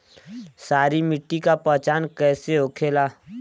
सारी मिट्टी का पहचान कैसे होखेला?